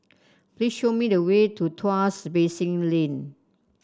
please show me the way to Tuas Basin Lane